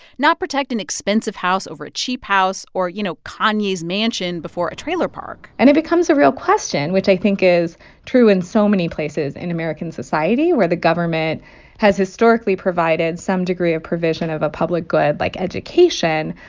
not protect an expensive house over a cheap house or, you know, kanye's mansion before a trailer park and it becomes a real question, which i think is true in so many places in american society, where the government has historically provided some degree of provision of a public good, like education,